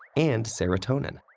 and serotonin.